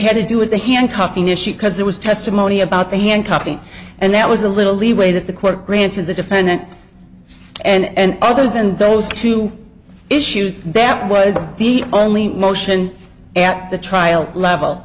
had to do with the handcuffing issue because there was testimony about the handcuffing and that was a little leeway that the court granted the defendant and other than those two issues that was the only motion at the trial level